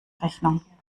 rechnung